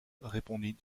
répondit